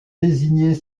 désignées